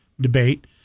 debate